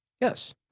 Yes